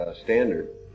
standard